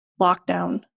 lockdown